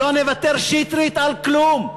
שלא נוותר, שטרית, על כלום,